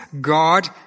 God